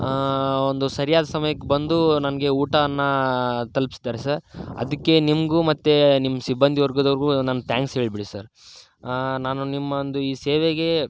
ಹಾಂ ಒಂದು ಸರಿಯಾದ ಸಮಯಕ್ಕೆ ಬಂದೂ ನನಗೆ ಊಟವನ್ನು ತಲುಪ್ಸಿದ್ದಾರೆ ಸರ್ ಅದಕ್ಕೆ ನಿಮಗೂ ಮತ್ತು ನಿಮ್ಮ ಸಿಬ್ಬಂದಿ ವರ್ಗದವ್ರಿಗೂ ನನ್ನ ಥ್ಯಾಂಕ್ಸ್ ಹೇಳ್ಬಿಡಿ ಸರ್ ನಾನು ನಿಮ್ಮೊಂದು ಈ ಸೇವೆಗೆ